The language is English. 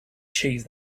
cheese